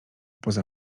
poza